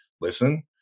listen